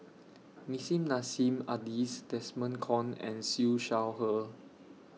Nissim Nassim Adis Desmond Kon and Siew Shaw Her